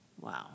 Wow